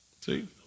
See